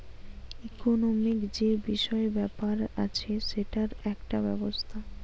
economic যে বিষয় ব্যাপার আছে সেটার একটা ব্যবস্থা